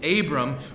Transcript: Abram